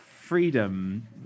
freedom